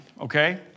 okay